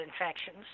infections